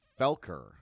felker